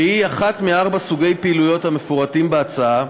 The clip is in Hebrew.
שהיא אחת מארבעה סוגי פעילויות המפורטים בהצעה,